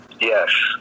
Yes